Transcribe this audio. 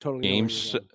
games